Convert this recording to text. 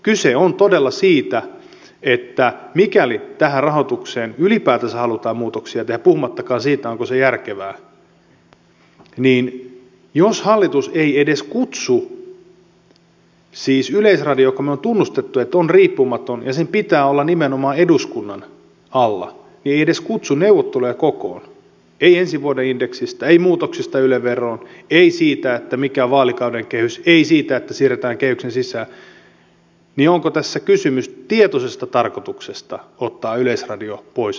kyse on todella siitä että mikäli tähän rahoitukseen ylipäätänsä halutaan muutoksia tehdä puhumattakaan siitä onko se järkevää niin jos hallitus ei edes kutsu siis me olemme tunnustaneet että yleisradio on riippumaton ja että sen pitää olla nimenomaan eduskunnan alla neuvotteluja kokoon ei ensi vuoden indeksistä ei muutoksista yle veroon ei siitä mikä on vaalikauden kehys ei siitä että siirretään kehyksen sisään niin onko tässä kysymys tietoisesta tarkoituksesta ottaa yleisradio pois eduskunnan alta